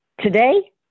Today